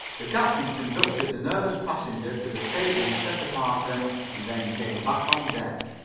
the captain conducted the nervous passenger to the stateroom set apart for him and then came back on deck.